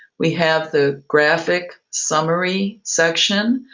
we have the graphic summary section,